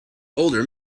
older